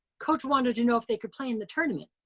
coach wanted to know if they could play in the tournament.